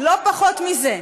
לא פחות מזה.